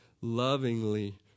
lovingly